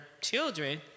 children